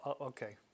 okay